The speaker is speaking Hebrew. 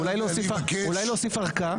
אולי להוסיף ערכאה.